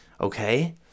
Okay